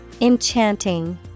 Enchanting